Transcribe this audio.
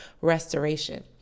restoration